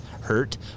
Hurt